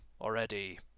already